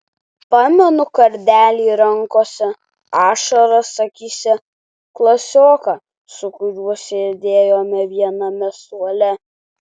pamenu kardelį rankose ašaras akyse klasioką su kuriuo sėdėjome viename suole